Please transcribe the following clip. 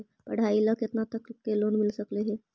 पढाई ल केतना तक लोन मिल सकले हे?